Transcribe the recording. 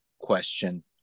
question